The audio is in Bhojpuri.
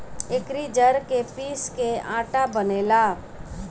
एकरी जड़ के पीस के आटा बनेला